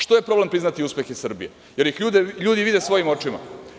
Što je problem priznati uspehe Srbije, jer ih ljudi vide svojim očima?